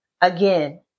again